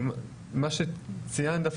מה שציינת,